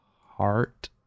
heart